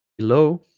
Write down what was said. below